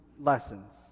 lessons